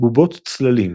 בובות צללים